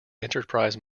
enterprise